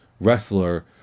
wrestler